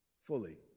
fully